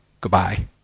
goodbye